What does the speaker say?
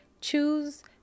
Choose